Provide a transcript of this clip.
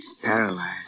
paralyzed